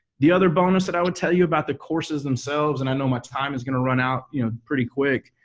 the other bonus that i would tell you about the courses themselves, and i know my time is going to run out you know pretty quick,